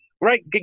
right